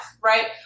right